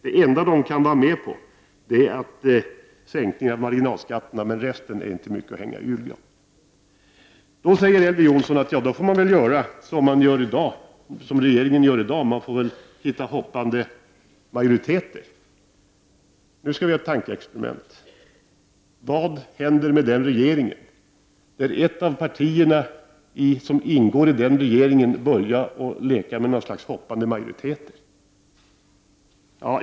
Det enda de kan vara med på är sänkningen av marginalskatterna, resten är inte mycket att hänga i julgranen. Då säger Elver Jonsson att man får göra som regeringen gör i dag, man får finna hoppande majoriteter. Nu skall vi göra ett tankeexperiment. Vad händer med den regering där ett av de ingående partierna börjar leka med något slags hoppande majoriteter?